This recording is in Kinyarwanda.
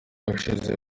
ushize